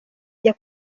ajya